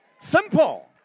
Simple